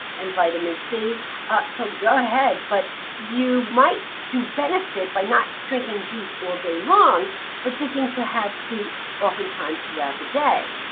and vitamin c so go ahead. but you might do benefit by not drinking juice all day long but drinking to have fruit oftentimes throughout the day.